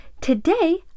today